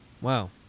Wow